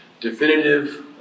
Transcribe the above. definitive